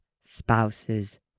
spouse's